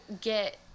get